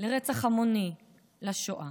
לרצח המוני, לשואה.